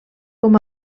com